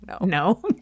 No